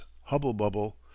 hubble-bubble